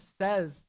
says